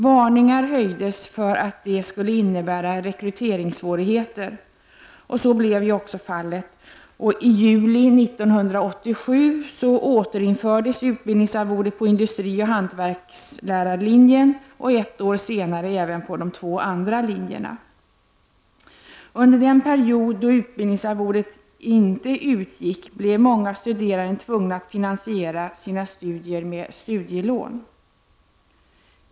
Varningar höjdes för att detta skulle innebära rekryteringssvårigheter — och så blev ju också fallet. I juli 1987 återinfördes utbildningsarvodet på industrioch hantverkslärarlinjen, och ett år senare även på de två andra linjerna. Under den period då utbildningsarvodet inte utgick, blev många studerande tvungna att finansiera sina studier med studielån.